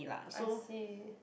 I see